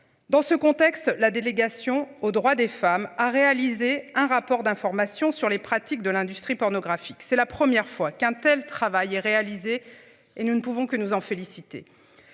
Dans ce contexte, la délégation aux droits des femmes a réalisé un rapport d'information sur les pratiques de l'industrie pornographique. C'est la première fois qu'un tel travail réalisé et nous ne pouvons que nous en féliciter,